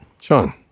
Sean